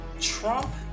Trump